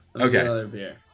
Okay